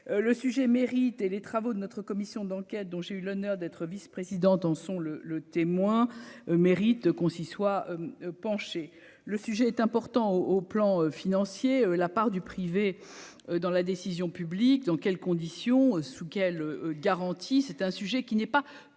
le sujet mérite et les travaux de notre commission d'enquête dont j'ai eu l'honneur d'être vice-président sont le le témoin mérite qu'on s'y soient penchées, le sujet est important au au plan financier, la part du privé dans la décision publique, dans quelles conditions sous quelles garanties, c'était un sujet qui n'est pas